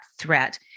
threat